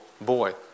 boy